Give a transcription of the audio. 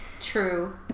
true